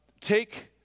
take